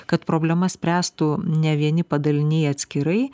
kad problemas spręstų ne vieni padaliniai atskirai